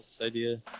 idea